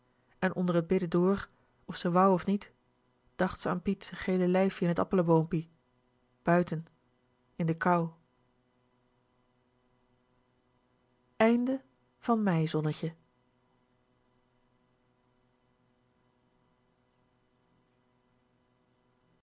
en onder t bidden door of ze wou of niet dacht ze an piet z'n gele lijfie in t appeleboompie buiten in de kou